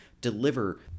deliver